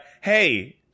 hey